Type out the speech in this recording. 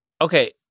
Okay